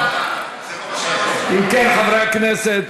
אם כן, חברי הכנסת,